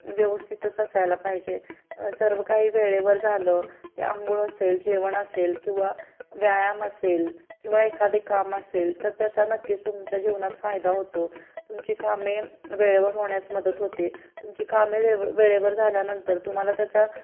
व्यवस्थितच असायला पाहिजे सर्व काही वेळेवर झालं ते आंघोळ असेल जेवण असेल किंवा व्यायाम असेल किंवा एखादे काम असेल तर त्याचा नक्कीच तुमच्या जीवनात फायदा होतो तुमची कामे वेळेवर होण्यास मदत होते तुमची कामे वेव वेळेवर झाल्यानंतर तुम्हाला त्याचा